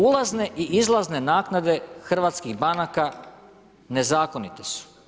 Ulazne i izlazne naknade hrvatskih banaka nezakonite su.